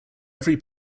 every